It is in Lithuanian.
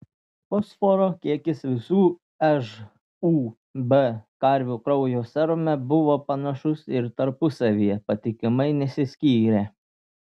fosforo kiekis visų žūb karvių kraujo serume buvo panašus ir tarpusavyje patikimai nesiskyrė